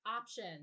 option